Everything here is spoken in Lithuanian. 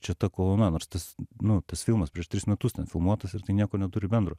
čia ta kolona nors tas nu tas filmas prieš tris metus ten filmuotas ir tai nieko neturi bendro